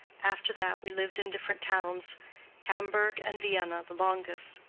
after that we lived in different towns hamburg and vienna, the longest.